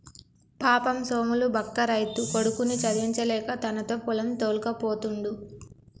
పాపం సోములు బక్క రైతు కొడుకుని చదివించలేక తనతో పొలం తోల్కపోతుండు